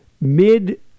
mid